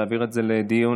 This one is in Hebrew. להעביר את זה לדיון?